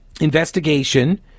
investigation